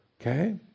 Okay